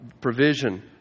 provision